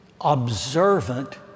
observant